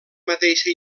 mateixa